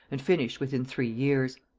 and finished within three years.